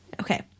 Okay